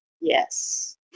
yes